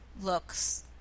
looks